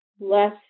less